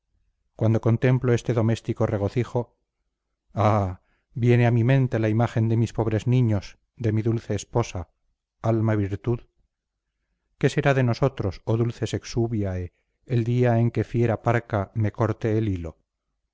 cuando contemplo este doméstico regocijo ah viene a mi mente la imagen de mis pobres niños de mi dulce esposa alma virtud qué será de vosotros oh dulces exuvi el día en que fiera parca me corte el hilo